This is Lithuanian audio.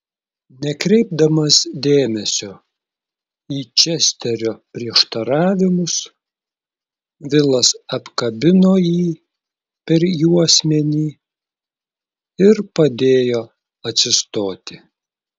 nekreipdamas dėmesio į česterio prieštaravimus vilas apkabino jį per juosmenį ir padėjo atsistoti